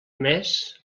més